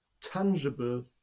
tangible